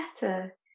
better